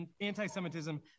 anti-Semitism